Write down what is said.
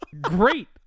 great